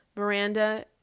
Miranda